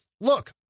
look